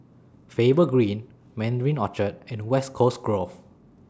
Faber Green Mandarin Orchard and West Coast Grove